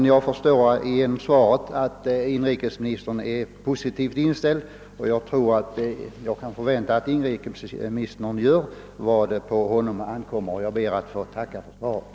Jag förstår dock genom svaret att inrikesministern är positivt inställd, och jag tror att jag kan förvänta, att han gör vad på honom ankommer. Jag ber än en gång att få tacka för svaret.